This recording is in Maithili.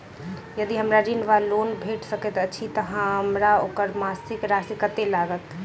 यदि हमरा ऋण वा लोन भेट सकैत अछि तऽ हमरा ओकर मासिक राशि कत्तेक लागत?